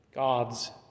God's